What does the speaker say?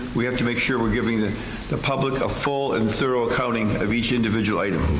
we have to make sure we're giving the the public a full and thorough accounting of each individual item.